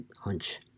hunch